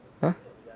[what]